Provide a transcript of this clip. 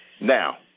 Now